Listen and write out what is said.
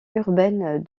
urbaine